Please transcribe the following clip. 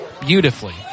beautifully